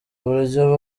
buryo